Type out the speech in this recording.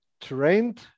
trained